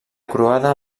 croada